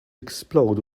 explode